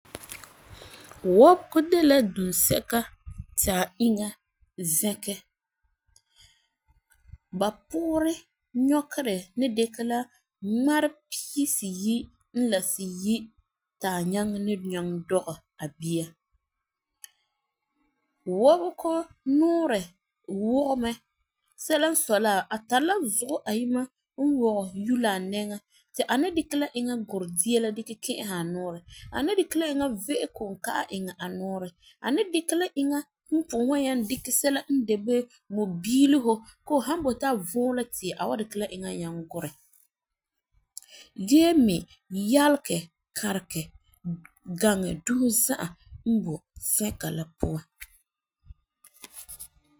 Wɔbegɔ de la dunsɛka ta a eŋa zɛka. Ba poorɛ nyɔkerɛ ni dikɛ la ŋmari pisiyi la siyi ta nyaŋɛ ni nyaa dɔgɛ a bia. Wɔbegɔ nɔɔrɛ wɔgɛ mɛ sɛla n sɔi la a tari zugɔ ayima n wɔgɛ yula a nɛŋa ti a dikɛ la iŋa gurɛ dia la kɛ'ɛse a nɔɔrɛ A ni dikɛ la iŋa ve'e ko'om ma'a iŋɛ a nɔɔrɛ. A dikɛ la iŋa n pugum wan nyaŋɛ dikɛ sɛla n de wuu mui biilihu koo hu han boti a vɔɔ la tia a ni dikɛ la iŋa nyaŋɛ gurɛ fee mi nyagelɛ karigɛ ganɔɛ dusi la za'a b oi sɛka la puan.